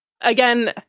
Again